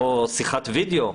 או שיחת וידיאו?